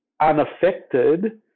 unaffected